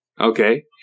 Okay